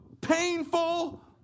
painful